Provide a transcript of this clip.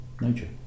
nature